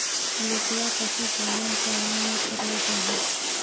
लोकला पशुपालन चाँ करो जाहा?